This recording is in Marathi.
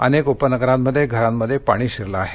अनेक उपनगरांमध्ये घरांमध्ये पाणी शिरलं आहे